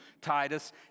Titus